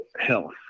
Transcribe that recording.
health